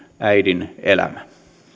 äidin elämä